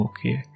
Okay